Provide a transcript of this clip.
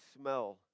smell